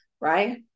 right